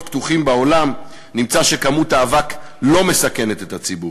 פתוחים בעולם נמצא שכמות האבק לא מסכנת את הציבור.